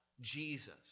Jesus